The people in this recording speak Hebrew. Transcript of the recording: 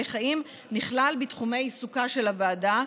חיים נכלל בתחומי עיסוקה של הוועדה,